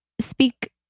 speak